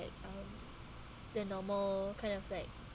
um the normal kind of like